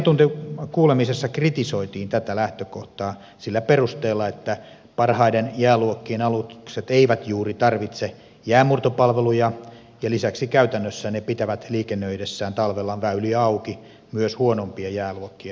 asiantuntijakuulemisessa kritisoitiin tätä lähtökohtaa sillä perusteella että parhaiden jääluokkien alukset eivät juuri tarvitse jäänmurtopalveluja ja lisäksi käytännössä ne pitävät liikennöidessään talvella väyliä auki myös huonompien jääluok kien aluksille